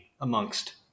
amongst